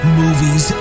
movies